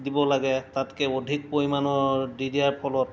দিব লাগে তাতকৈ অধিক পৰিমাণৰ দি দিয়াৰ ফলত